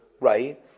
right